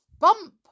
bump